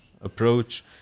approach